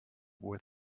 with